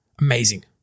amazing